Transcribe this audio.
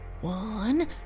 One